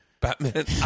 Batman